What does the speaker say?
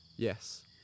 yes